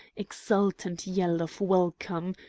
exultant yell of welcome,